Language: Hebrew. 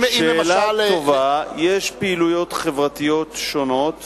שאלה טובה, אם למשל, יש פעילויות חברתיות שונות